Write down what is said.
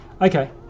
Okay